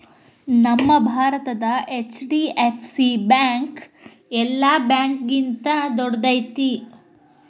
ನಮ್ಮ ಭಾರತದ HDFC bank ಯೆಲ್ಲಾ ಬ್ಯಾಂಕ್ಗಿಂತಾ ದೊಡ್ದೈತಿ